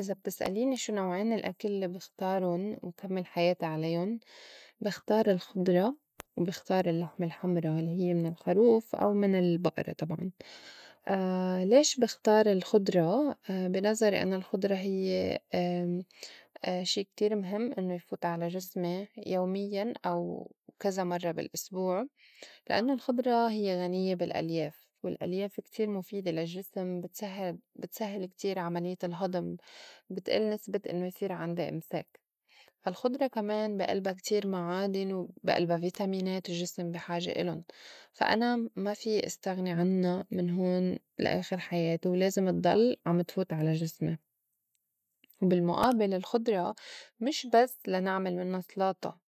إذا بتسأليني شو نوعين الأكل الّي بختارُن وبكمّل حياتي عليُن بِختار الخضرا وبِختار اللّحمة الحمرا والّي هيّ من الخَروف أو البئرة طبعاً ليش بختار الخضرا؟ بي نظري أنا الخُضرا هيّ شي كتير مهم إنّو يفوت على جِسمي يوميّاً أو كذا مرّة بالأسبوع لإنّو الخضرا هيّ غنيّة بالألياف والألياف كتير مُفيدة للجّسم بتسهّل- بتسهّل كتير عمليّة الهضم بتئل نِسبة إنّو يصير عندي إمساك الخضرا، كمان بي ألبا كتير معادن وبي ألبا فيتامينات الجّسم بي حاجة إلُن. فا أنا ما فيّ إستغني عنّا من هون لآخر حياتي ولازم اتضل عم تفوت على جسمي، بالمُئابل الخُضرا مش بس لنعمل منّا سلاطة